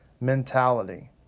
mentality